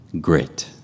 grit